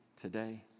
today